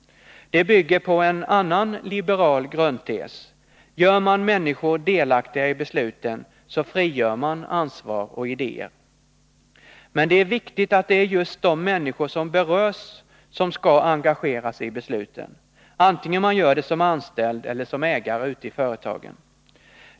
Det bygger på en annan liberal grundtes: gör man människor delaktiga i besluten frigör man ansvar och idéer. Men det är viktigt att det är just de människor som berörs som skall engageras i besluten, vare sig man gör det som anställd eller som ägare i företagen.